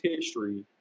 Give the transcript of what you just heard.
history